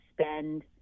spend